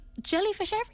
jellyfish